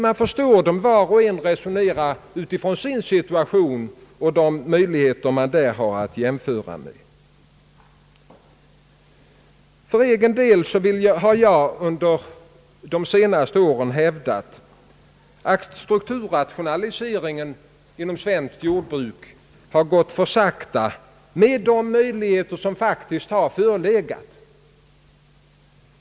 Jag förstår hur var och en resonerar utifrån sin situation och de möjligheter de har att göra jämförelser. För egen del har jag under de senaste åren hävdat, att strukturrationaliseringen inom svenskt jordbruk har gått för sakta med de möjligheter som fak tiskt har förelegat.